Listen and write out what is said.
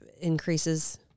increases